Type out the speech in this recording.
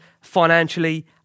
financially